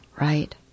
Right